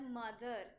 mother